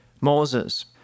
Moses